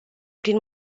prin